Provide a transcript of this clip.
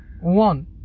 One